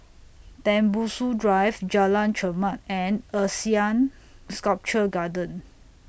Tembusu Drive Jalan Chermat and Asean Sculpture Garden